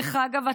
דרך אגב,